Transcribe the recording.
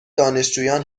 دانشجویان